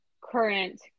current